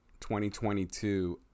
2022